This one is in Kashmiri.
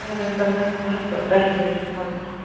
اَدٕ حظ اَدٕ حظ بہٕ حظ واتہٕ دَہہِ بَجہِ السلام علیکُم